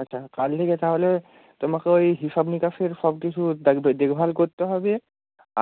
আচ্ছা কালকে যে তাহলে তোমাকে ওই হিসাব নিকাশের সব কিছু দাগবে দেখভাল করতে হবে